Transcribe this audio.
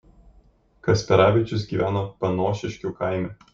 kasperavičius gyveno panošiškių kaime